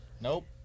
Nope